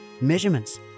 Measurements